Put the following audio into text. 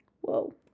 Whoa